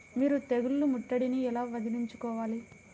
మీరు తెగులు ముట్టడిని ఎలా వదిలించుకోవాలి?